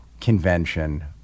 convention